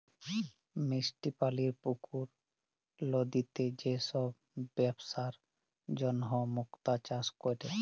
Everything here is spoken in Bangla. মিষ্টি পালির পুকুর, লদিতে যে সব বেপসার জনহ মুক্তা চাষ ক্যরে